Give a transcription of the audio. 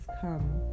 come